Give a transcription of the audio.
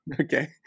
Okay